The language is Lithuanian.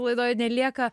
laidoj nelieka